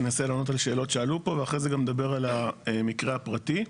אנסה לענות על שאלות שעלו פה ואחרי זה גם נדבר על המקרה הפרטי.